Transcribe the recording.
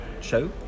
show